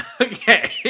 Okay